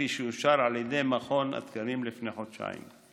כפי שאושר על ידי מכון התקנים לפני חודשים".